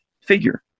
figure